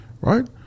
Right